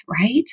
right